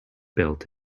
built